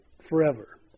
forever